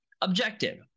Objective